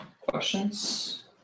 questions